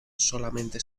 solamente